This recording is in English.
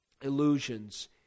illusions